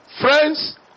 friends